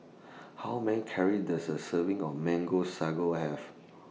How Many calorie Does A Serving of Mango Sago Have